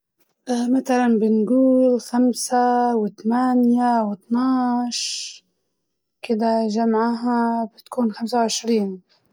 متلاً بنقول خمسة وثمانية واثنا عشر كدة، جمعها بتكون خمسة وعشرين.